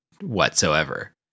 whatsoever